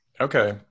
Okay